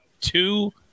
two